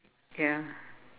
ya